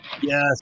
Yes